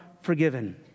forgiven